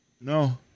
No